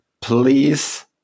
Please